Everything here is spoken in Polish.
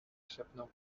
szepnął